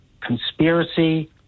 conspiracy